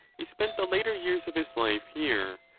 he spent the later years of his life here,